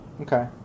Okay